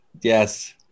Yes